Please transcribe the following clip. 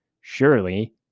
Surely